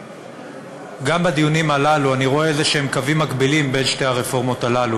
גם בדיונים הללו אני רואה קווים מקבילים כלשהם בין שתי הרפורמות הללו,